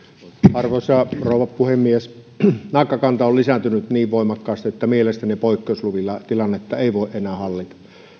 arvoisa rouva puhemies naakkakanta on lisääntynyt niin voimakkaasti että mielestäni poikkeusluvilla tilannetta ei voi enää hallita